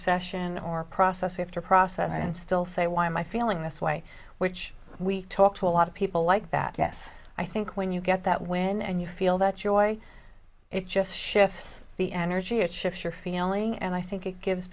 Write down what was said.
session or process after process and still say why am i feeling this way which we talked to a lot of people like that yes i think when you get that win and you feel that your voice it just shifts the energy it shifts your feeling and i think it gives